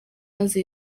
maze